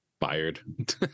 Fired